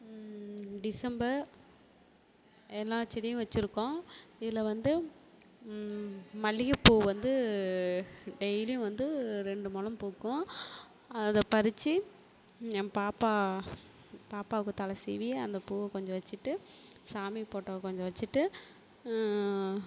December எல்லா செடியும் வச்சுருக்கோம் இதில் வந்து மல்லிகைப்பூ வந்து டெய்லியும் வந்து ரெண்டு முலம் பூக்கும் அதை பறிச்சு என் பாப்பா பாப்பாவுக்கு தலை சீவி அந்த பூவை கொஞ்சம் வச்சிவிட்டு சாமி போட்டோவுக்கு கொஞ்சம் வச்சிவிட்டு